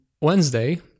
Wednesday